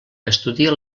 estudia